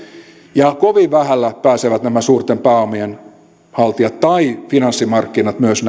ja kovin vähällä pääsevät nämä suurten pääomien haltijat tai myös